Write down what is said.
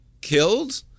killed